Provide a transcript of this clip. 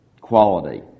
quality